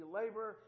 labor